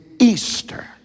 Easter